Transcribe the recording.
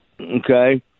Okay